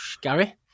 Gary